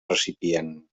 recipient